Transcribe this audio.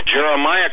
Jeremiah